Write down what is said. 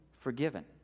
forgiven